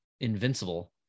invincible